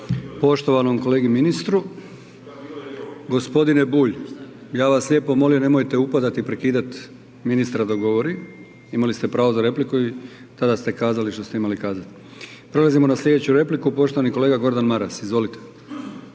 Poštovanom kolegi ministru. G. Bulj, ja vas lijepo molim, nemojte upadati i prekidati ministra dok govori. Imali ste pravo za repliku i tada ste kazali što ste imali kazati. Prelazimo na sljedeću repliku, poštovani kolega Gordan Maras, izvolite.